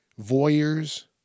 voyeurs